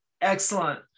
Excellent